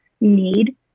need